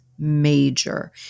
major